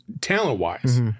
talent-wise